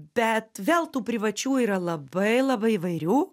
bet vėl tų privačių yra labai labai įvairių